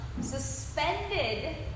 suspended